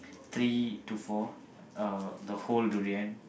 three to four uh the whole durian